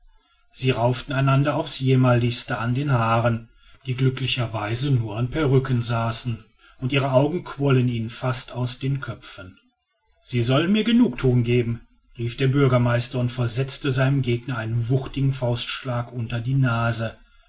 sie rauften einander aufs jämmerlichste an den haaren die glücklicher weise nur an perrücken saßen und ihre augen quollen ihnen fast aus den köpfen sie sollen mir genugthuung geben rief der bürgermeister und versetzte seinem gegner einen wuchtigen faustschlag unter die nase